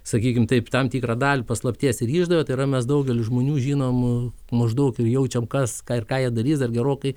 sakykim taip tam tikrą dalį paslapties ir išdavė tai yra mes daugelis žmonių žinomų maždaug ir jaučiam kas ką ir ką jie darys dar gerokai